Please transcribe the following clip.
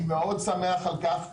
אני מאוד שמח על כך.